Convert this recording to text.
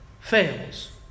fails